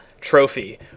trophy